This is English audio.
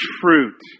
fruit